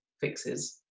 fixes